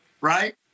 right